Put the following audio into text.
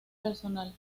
personal